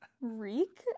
reek